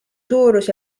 suurus